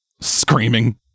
screaming